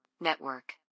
Network